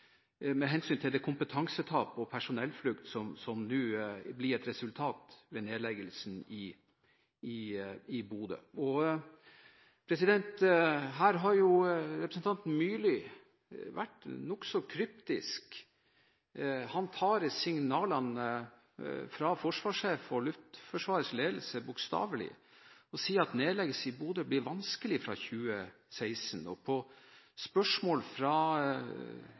med hensyn til det kompetansetap og den personellflukt som blir et resultat av nedleggelsen i Bodø. Her har jo representanten Myrli vært nokså kryptisk. Han tar signalene fra forsvarssjef og Luftforsvarets ledelse bokstavelig og sier at nedleggelse i Bodø blir vanskelig fra 2016. På spørsmålet «Betyr det at Espen Barth Eide ikke visste hva han gjorde i juni i fjor?» fra